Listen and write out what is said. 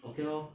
okay lor